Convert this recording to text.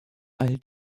all